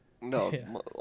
no